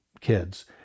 kids